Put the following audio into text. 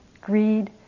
greed